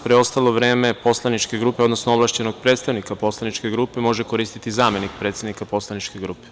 Preostalo vreme, odnosno ovlašćenog predstavnika poslaničke grupe može koristiti zamenik predsednika poslaničke grupe.